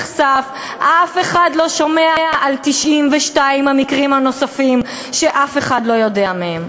ואף אחד לא שומע על 92 המקרים הנוספים שאף אחד לא יודע עליהם.